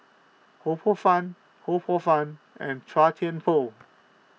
Ho Poh Fun Ho Poh Fun and Chua Thian Poh